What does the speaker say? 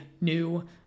new